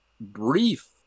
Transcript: brief